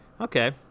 Okay